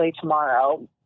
tomorrow